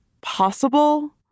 possible